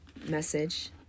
message